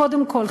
קודם כול,